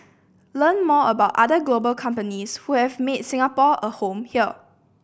learn more about other global companies who have made Singapore a home here